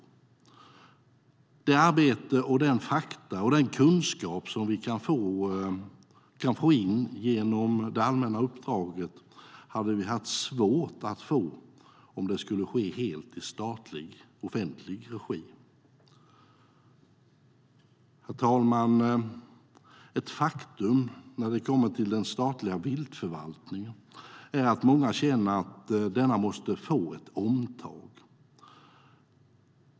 Det arbete, de fakta och den kunskap vi kan få genom det allmänna uppdraget hade varit svårt att få om det hade skett helt i statlig offentlig regi. Herr talman! Ett faktum när vi kommer till den statliga viltförvaltningen är att många känner att denna måste få ett omtag.